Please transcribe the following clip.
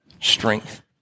strength